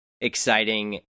exciting